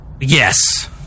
yes